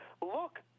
look